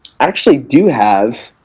actually do have